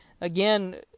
Again